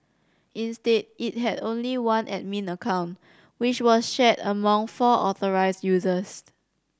instead it had only one admin account which was shared among four authorised users